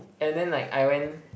and then like I went